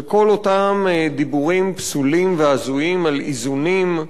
וכל אותם דיבורים פסולים והזויים על איזונים,